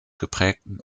geprägten